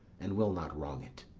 and will not wrong it.